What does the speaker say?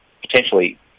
potentially